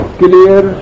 clear